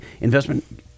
investment